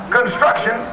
construction